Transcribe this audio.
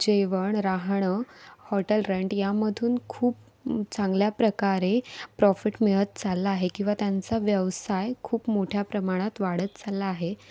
जेवण राहणं hotel rent यामधून खूप चांगल्या प्रकारे प्रॉफिट मिळत चालला आहे किंवा त्यांचा व्यवसाय खूप मोठ्या प्रमाणात वाढत चालला आहे